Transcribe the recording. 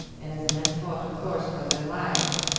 and as the men fought, of course, for their lives,